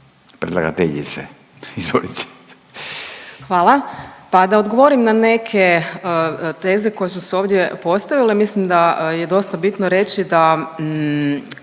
Katarina (RF)** Hvala. Pa da odgovorim na neke teze koje su se ovdje postavile. Mislim da je dosta bitno reći da